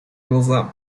глаза